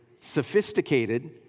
sophisticated